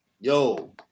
yo